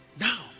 Now